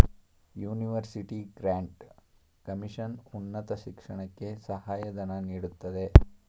university grant commission ಉನ್ನತ ಶಿಕ್ಷಣಕ್ಕೆ ಸಹಾಯ ಧನ ನೀಡುತ್ತದೆ